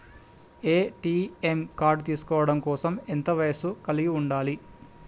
ATM card తీసుకోవడం కోసం ఎంత వయస్సు కలిగి ఉండాలి?